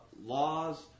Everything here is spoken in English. laws